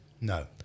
No